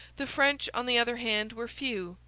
the french, on the other hand, were few,